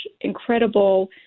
incredible